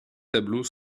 tableaux